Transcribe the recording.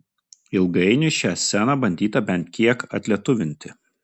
ilgainiui šią sceną bandyta bent kiek atlietuvinti